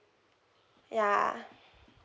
ya